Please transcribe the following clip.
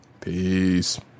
Peace